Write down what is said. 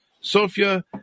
Sophia